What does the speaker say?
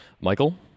Michael